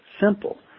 simple